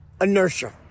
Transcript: inertia